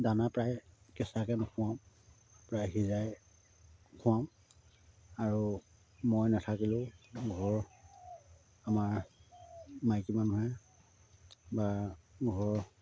দানা প্ৰায় কেঁচাকৈ নুখুৱাওঁ প্ৰায় সিজাই খুৱাওঁ আৰু মই নাথাকিলেও ঘৰৰ আমাৰ মাইকী মানুহে বা ঘৰৰ